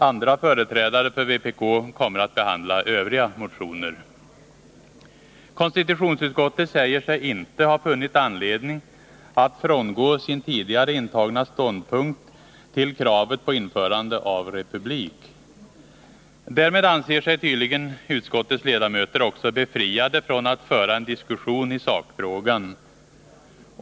Andra företrädare för vpk kommer att behandla Konstitutionsutskottet säger sig inte ha funnit anledning att frångå sin tidigare intagna ståndpunkt till kravet på införande av republik. Därmed anser sig tydligen utskottets ledamöter befriade från att föra en diskussion i sakfrågan.